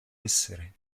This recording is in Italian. essere